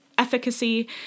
Efficacy